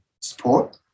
support